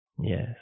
Yes